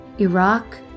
Iraq